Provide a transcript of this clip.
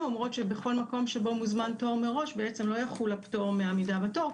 אומרות שבכל מקום שבו מוזמן תור מראש לא יחול הפטור מעמידה בתור,